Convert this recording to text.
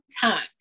time